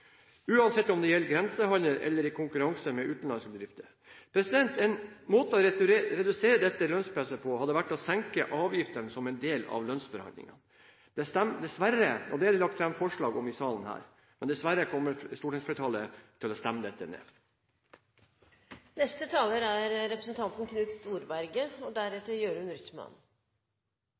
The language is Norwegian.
uansett om det gjelder grensehandel eller konkurranse med utenlandske bedrifter. En måte å redusere dette lønnspresset på, hadde vært å senke avgiftene som en del av lønnsforhandlingene. Det er det lagt fram forslag om her i salen, men dessverre kommer stortingsflertallet til å stemme det ned. Så runder vi en ny bøye i politikken: siste revisjon av budsjettet før velgerne skal gå til valg. Det er